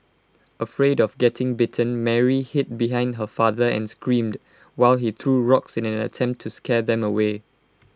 afraid of getting bitten Mary hid behind her father and screamed while he threw rocks in an attempt to scare them away